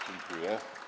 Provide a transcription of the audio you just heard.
Dziękuję.